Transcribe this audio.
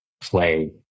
play